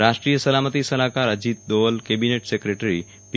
રાષ્ટ્રીય સલામતી સલાહકાર અજીત દોવલ કેબિનેટ સેક્રેટરી પી